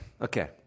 okay